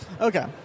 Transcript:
Okay